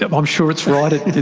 ah i'm sure it's right.